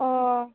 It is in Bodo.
अ